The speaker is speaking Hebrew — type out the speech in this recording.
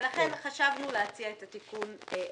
ולכן חשבנו להציע את התיקון הזה.